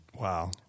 Wow